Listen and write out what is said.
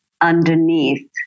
underneath